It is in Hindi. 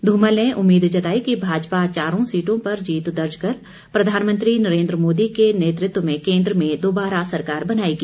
ध्रमल ने उम्मीद जताई कि भाजपा चारों सीटों पर जीत दर्ज कर प्रधानमंत्री नरेन्द्र मोदी के नेतृत्व में केन्द्र में दोबारा सरकार बनाएगी